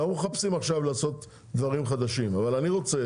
לא מחפשים עכשיו לעשות דברים חדשים, אבל אני רוצה